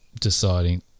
deciding